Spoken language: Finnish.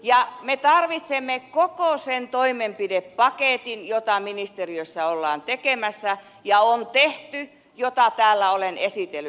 ja me tarvitsemme koko sen toimenpidepaketin jota ministeriössä ollaan tekemässä ja on tehty ja jota täällä olen esitellyt